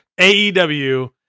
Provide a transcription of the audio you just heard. AEW